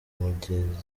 mugenzi